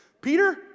Peter